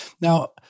Now